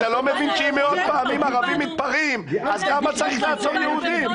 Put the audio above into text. אתה לא מבין שאם מאות פעמים ערבים מתפרעים אז כמה צריך לעצור יהודים?